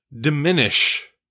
diminish